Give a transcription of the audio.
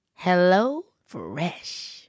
HelloFresh